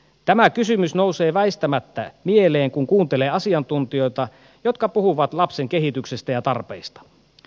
tämä kysymys nousee väistämättä mieleen kun kuuntelee asiantuntijoita jotka puhuvat lapsen kehityksestä ja tarpeista